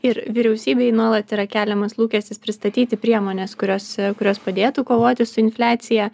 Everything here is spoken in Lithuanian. ir vyriausybei nuolat yra keliamas lūkestis pristatyti priemones kurios kurios padėtų kovoti su infliacija